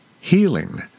healing